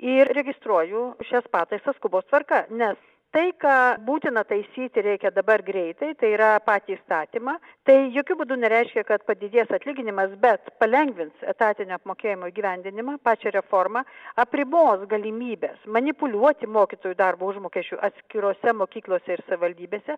ir registruoju šias pataisas skubos tvarka nes tai ką būtina taisyti reikia dabar greitai tai yra patį įstatymą tai jokiu būdu nereiškia kad padidės atlyginimas bet palengvins etatinio apmokėjimo įgyvendinimą pačią reformą apribos galimybes manipuliuoti mokytojų darbo užmokesčiu atskirose mokyklose ir savivaldybėse